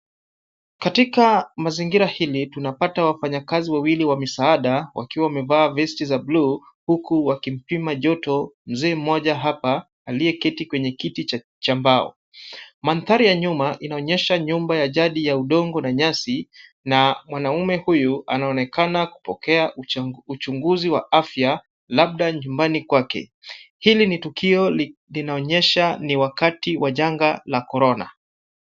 Katika mazingira hili, tunapata wafanyikazi wawili wa misaada wakiwa wamevaa vesti za bluu huku wakimpima joto mzee mmoja hapa aliyeketi kwenye kiti cha mbao. Mandhari ya nyuma inaonyesha nyumba ya jadi ya udongo na nyasi na mwanaume huyu anaonekana kupokea uchunguzi wa afya labda nyumbani kwake. Hili ni tukio linaonyesha ni wakati wa janga la Corona.